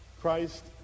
Christ